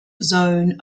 zone